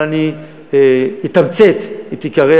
אבל אני אתמצת את עיקרי